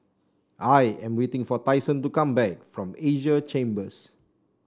I am waiting for Tyson to come back from Asia Chambers